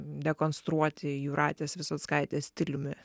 dekonstruoti jūratės visockaitės stiliumi